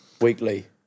weekly